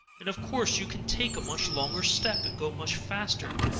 and of course you can take a much longer step and go much faster.